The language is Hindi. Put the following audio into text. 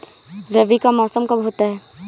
रबी का मौसम कब होता हैं?